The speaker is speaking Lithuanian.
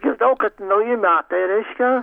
čia daug kas nauji metai reiškia